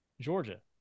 Georgia